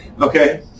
okay